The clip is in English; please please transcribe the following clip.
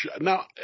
Now